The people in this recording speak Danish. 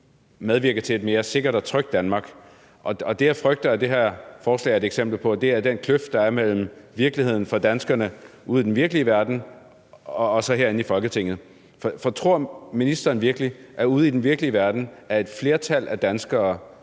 medvirke til et mere sikkert og trygt Danmark. Og det, jeg frygter at det her forslag er et eksempel på, er den kløft, der er mellem virkeligheden for danskerne ude i den virkelige verden og så herinde i Folketinget. For tror ministeren virkelig, at ude i den virkelige verden ønsker et flertal af danskere,